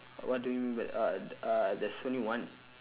what do you mean by uh uh there's only one